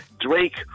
Drake